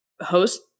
host